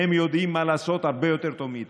הם יודעים מה לעשות הרבה יותר טוב מאיתנו.